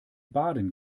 baden